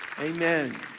Amen